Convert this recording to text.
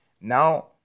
Now